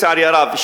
לצערי הרב,